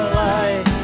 light